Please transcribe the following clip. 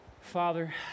Father